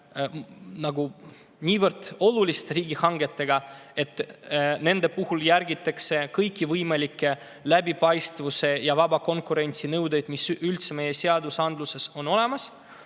niivõrd oluliste riigihangetega, et nende puhul järgitakse kõiki võimalikke läbipaistvuse ja vaba konkurentsi nõudeid, mis üldse meie seadusandluses on olemas.